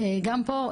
גם פה,